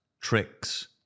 tricks